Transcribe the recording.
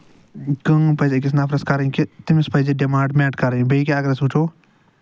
کٲم پَزِ أکِس نَفرَس کَرٕنۍ کہِ تٔمِس پَزِ ڈِمانڈ مٮ۪ٹ کَرٕنۍ بیٚیہِ کیٚنہہ اَگر أسۍ وُچھو